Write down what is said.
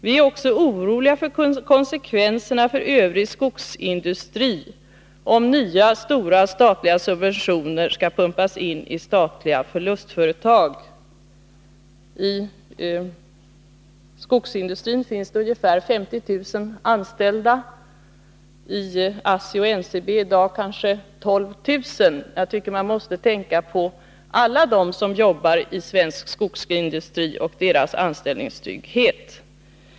Vi är också oroliga för konsekvenserna för övrig skogsindustri, om nya stora statliga subventioner skall pumpas in i statliga förlustföretag. Inom skogsindustrin finns ungefär 50 000 anställda; i ASSI och NCB i dag kanske 12 000. Jag tycker att man måste tänka på alla som arbetar i svensk skogsindustri och deras anställningstrygghet.